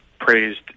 praised